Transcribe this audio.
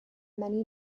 many